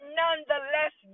nonetheless